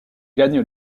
gagne